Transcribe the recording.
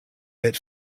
bit